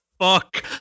fuck